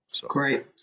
Great